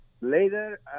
later